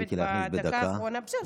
חייבת בדקה האחרונה, מה שתספיקי להכניס בדקה.